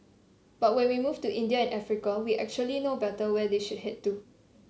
but when we move to India and Africa we actually know better where they should head to